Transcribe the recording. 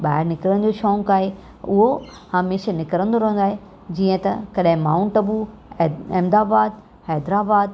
ॿाहिरि निकिरण जो शौंक़ु आहे उहो हमेशा निकिरंदो रहंदो आहे जींअ त कॾहिं माउंट आबू ऐं अहमदाबाद हैदराबाद